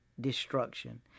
destruction